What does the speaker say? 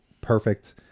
perfect